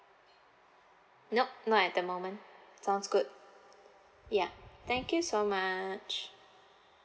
nop not at the moment sounds good ya thank you so much